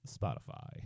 Spotify